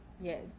Yes